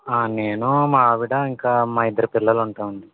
ఆ నేను మా ఆవిడా ఇంకా మా ఇద్దరు పిల్లలు ఉంటామండీ